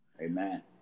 Amen